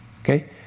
Okay